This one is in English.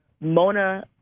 Mona